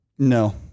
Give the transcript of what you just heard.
No